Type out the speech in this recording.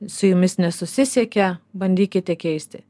su jumis nesusisiekia bandykite keisti